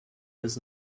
does